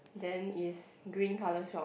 then is green color shop